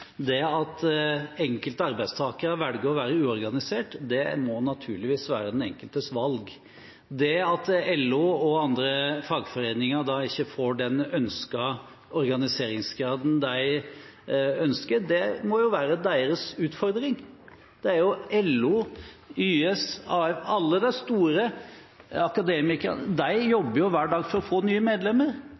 Det at enkelte arbeidstakere velger å være uorganisert, må naturligvis være den enkeltes valg. Det at LO og andre fagforeninger da ikke får den organiseringsgraden de ønsker, må være deres utfordring. LO, YS, Akademikerne og alle de store jobber hver dag for å få nye medlemmer.